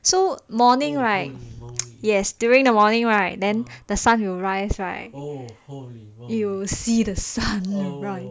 so morning right yes during the morning right then the sun will rise right you see the sun rise on yes ya around and not actually the sun comes out the sky starts to get bright